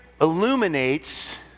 illuminates